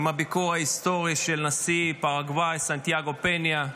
עם הביקור ההיסטורי של נשיא פרגוואי סנטיאגו פניה.